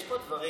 יש פה דברים,